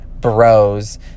bros